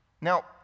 Now